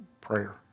prayer